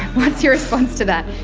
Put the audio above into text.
what's your response to that?